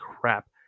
crap